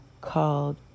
called